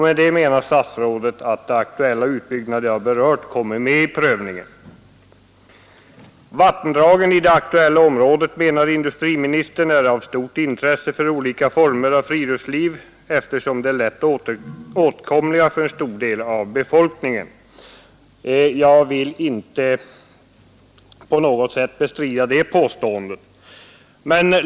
Med det menar statsrådet att de aktuella utbyggnader som jag har berört kommer med i prövningen. Vattendragen i det aktuella området, menar industriministern, är av stort intresse för olika former av friluftsliv eftersom de är lätt åtkomliga för en stor del av befolkningen. Jag vill inte bestrida det påståendet.